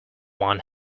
one